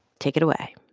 take it away